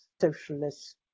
socialist